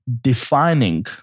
defining